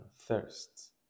thirst